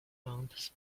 months